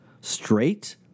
straight